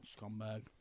scumbag